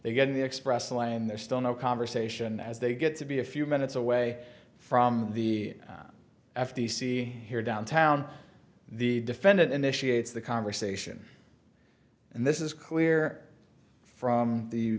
they get in the express lane there's still no conversation as they get to be a few minutes away from the f t c here downtown the defendant initiated the conversation and this is clear from the